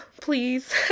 please